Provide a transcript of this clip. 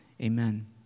Amen